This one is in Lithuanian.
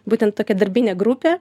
būtent tokia darbinė grupė